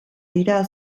dira